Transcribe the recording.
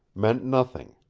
meant nothing.